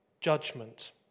judgment